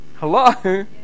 Hello